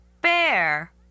Bear